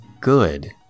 good